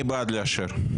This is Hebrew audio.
אני בעד לאשר.